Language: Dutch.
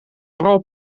vooral